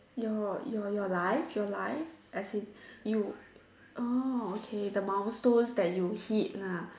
your your your life your life as in you oh okay the milestones that you hit lah